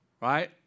Right